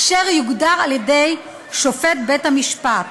אשר יוגדר על-ידי שופט בבית-המשפט.